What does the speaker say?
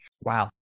Wow